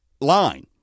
line